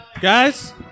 guys